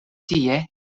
tie